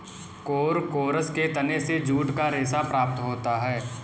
Corchorus के तने से जूट का रेशा प्राप्त होता है